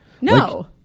No